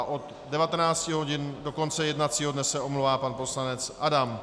Od 19 hodin do konce jednacího dne se omlouvá pan poslanec Adam.